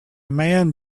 man